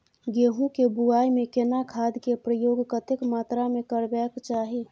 गेहूं के बुआई में केना खाद के प्रयोग कतेक मात्रा में करबैक चाही?